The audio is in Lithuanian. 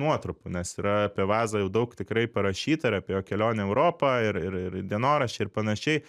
nuotrupų nes yra apie vazą jau daug tikrai parašyta ir apie jo kelionę į europą ir ir ir dienoraščiai ir panašiai